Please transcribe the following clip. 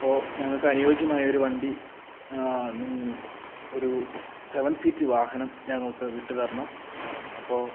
അപ്പോൾ ഞങ്ങൾക്കനുയോജ്യമായൊരു വണ്ടി നി ഒരു സെവൻ സീറ്റ് വാഹനം ഞങ്ങൾക്ക് വിട്ട് തരണം അപ്പോൾ